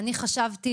חשבתי